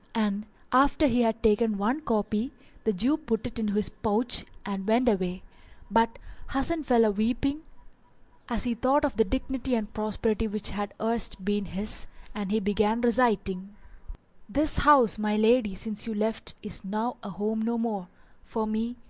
and after he had taken one copy the jew put it into his pouch and went away but hasan fell a-weeping as he thought of the dignity and prosperity which had erst been his and he began reciting this house, my lady, since you left is now a home no more for me,